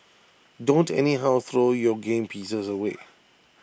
don't anyhow throw your game pieces away